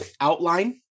outline